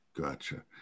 Gotcha